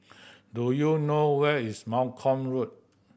do you know where is Malcolm Road